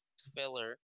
filler